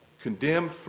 condemned